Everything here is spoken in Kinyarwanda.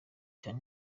cya